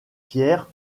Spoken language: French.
pierres